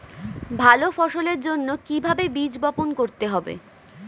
ভালো ফসলের জন্য কিভাবে বীজ বপন করতে হবে?